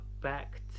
back